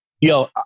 Yo